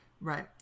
right